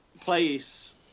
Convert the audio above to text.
place